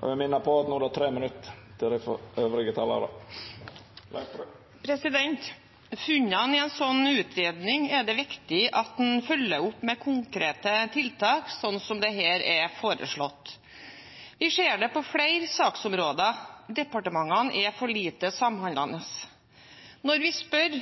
Funnene i en slik utredning er det viktig at en følger opp med konkrete tiltak, slik som det her er foreslått. Vi ser på flere saksområder at departementene er for lite samhandlende. Når vi spør,